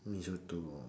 mee-soto